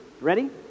Ready